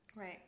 Right